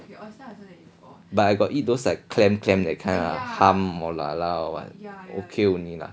but I got eat those like clam clam that kind ah hum or lala or what okay only lah